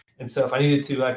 and so if i needed to, like